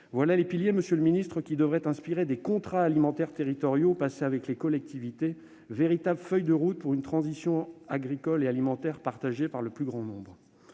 voilà, monsieur le ministre, les piliers qui devraient inspirer des contrats alimentaires territoriaux passés avec les collectivités, véritables feuilles de route pour une transition agricole et alimentaire partagée par le plus grand nombre.